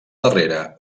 darrere